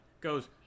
goes